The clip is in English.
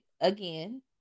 again